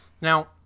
Now